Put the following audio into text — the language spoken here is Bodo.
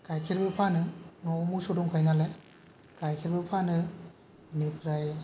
गाइखेरबो फानो न'वाव मोसौ दंखायोनालाय गाइखेरबो फानो बिनिफ्राय